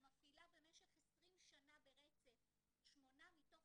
שמפעילה במשך 20 שנה ברצף שמונה מתוך